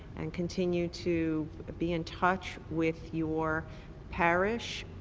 and continue to be in touch with your parish.